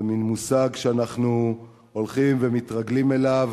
זה מין מושג שאנחנו הולכים ומתרגלים אליו,